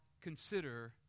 consider